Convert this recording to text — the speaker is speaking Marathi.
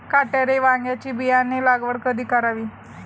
काटेरी वांग्याची बियाणे लागवड कधी करावी?